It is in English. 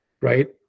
right